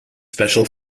special